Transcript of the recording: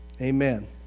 Amen